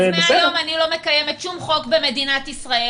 אז מהיום אני לא מקיימת שום חוק במדינת ישראל